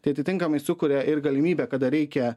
tai atitinkamai sukuria ir galimybę kada reikia